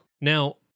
now